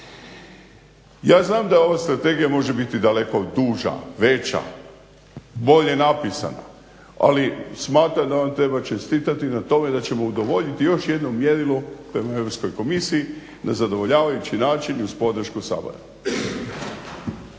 Ja znam da ova strategija može biti daleko duža, veća, bolje napisana ali smatram da vam treba čestitati na tome da ćemo udovoljiti još jednom mjerilu prema Europskoj komisiji na zadovoljavajući način i uz podršku Sabora.